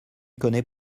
connais